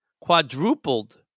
Quadrupled